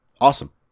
Awesome